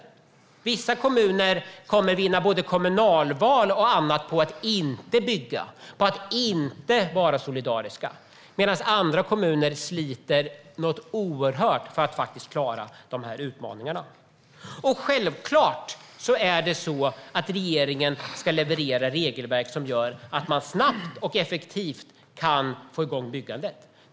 I vissa kommuner kommer man att vinna både kommunalval och annat på att inte bygga, på att inte vara solidarisk, medan andra kommuner sliter något oerhört för att klara utmaningarna. Självklart ska regeringen leverera regelverk som gör att man snabbt och effektivt kan få igång byggandet.